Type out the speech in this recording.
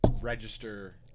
register